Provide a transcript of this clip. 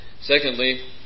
Secondly